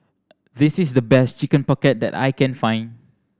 this is the best Chicken Pocket that I can find